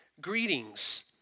greetings